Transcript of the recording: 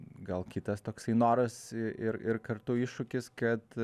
gal kitas toksai noras ir ir kartu iššūkis kad